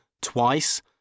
twice